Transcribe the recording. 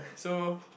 so